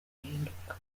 guhinduka